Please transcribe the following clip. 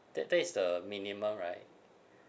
that that is the minimum right